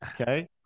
okay